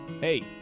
Hey